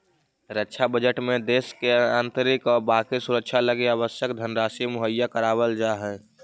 रक्षा बजट में देश के आंतरिक और बाकी सुरक्षा लगी आवश्यक धनराशि मुहैया करावल जा हई